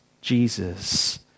Jesus